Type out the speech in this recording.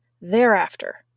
thereafter